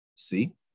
See